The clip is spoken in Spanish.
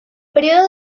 período